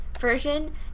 version